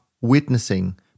witnessing